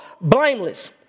blameless